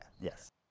yes